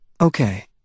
Okay